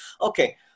Okay